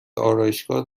آرایشگاه